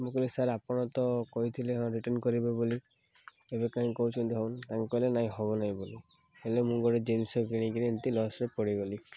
ମୁଁ କହିଲ ସାର୍ ଆପଣ ତ କହିଥିଲେ ହଁ ରିଟର୍ନ କରିବେ ବୋଲି ଏବେ କାହିଁ କହୁଛନ୍ତି ତାଙ୍କେ କହିଲେ ନାଇଁ ହେବ ନାଇଁ ବୋଲି ହେଲେ ମୁଁ ଗୋଟେ ଜିନିଷ କିଣିକିରି ଏମିତି ଲସ୍ରେ ପଡ଼ିଗଲି